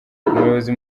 umuyobozi